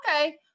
okay